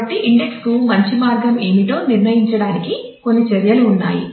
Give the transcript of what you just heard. కాబట్టి ఇండెక్స్ కు మంచి మార్గం ఏమిటో నిర్ణయించడానికి కొన్ని చర్యలు ఉన్నాయి